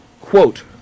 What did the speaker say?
Quote